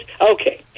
Okay